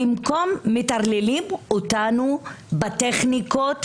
מטרללים אותנו בטכניקות